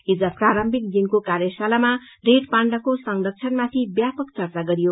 हिज प्रारम्भिक दिनको कार्यशालामा रेड पाण्डाको संरक्षणमाथि ब्यापक चर्चा गरियो